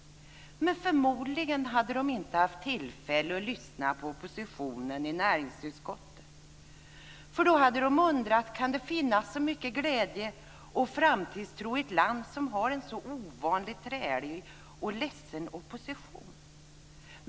Men förmodligen hade de inte haft tillfälle att lyssna på oppositionen i näringsutskottet, för då hade de undrat om det kan finnas så mycket glädje och framtidstro i ett land som har en så ovanligt trälig och ledsen opposition.